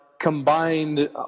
combined